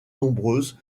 nombreuses